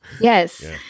Yes